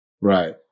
Right